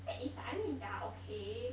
then it's like I mean ya okay